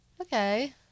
Okay